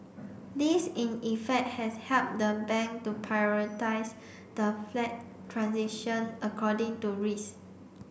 this in effect has helped the bank to prioritise the flagged transition according to risk